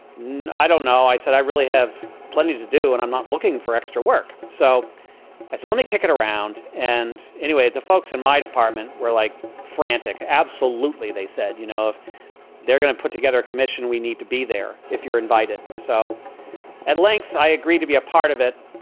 i don't know. i said, i really have plenty to do and i'm not looking for extra work. so i said, let me kick it around. and anyway, the folks in my department were like frantic. absolutely. they said, you know, if they're going to put together a commission, we need to be there. if you're invited. so at length, i agree to be a part of it.